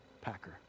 Packer